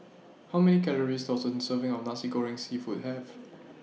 How Many Calories Does A Serving of Nasi Goreng Seafood Have